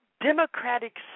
democratic